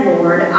Lord